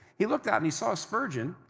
he looked out and he saw spurgeon,